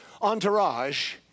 entourage